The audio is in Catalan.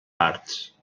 parts